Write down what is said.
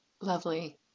Lovely